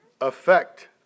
affect